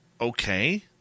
okay